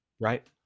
Right